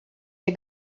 der